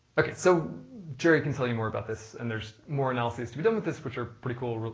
okay, so jerry can tell you more about this, and there's more analysis to be done with this, which are pretty cool,